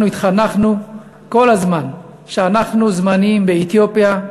אנחנו התחנכנו כל הזמן שאנחנו זמניים באתיופיה,